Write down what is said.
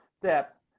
step